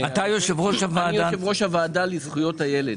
אני יושב-ראש הוועדה לזכויות ילד.